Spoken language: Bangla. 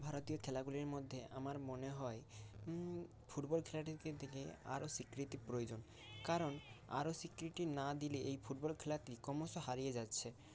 ভারতীয় খেলাগুলির মধ্যে আমার মনে হয় ফুটবল খেলাটিকে দিকে আরও স্বীকৃতি প্রয়োজন কারণ আরও স্বীকৃতি না দিলে এই ফুটবল খেলাটি ক্রমশ হারিয়ে যাচ্ছে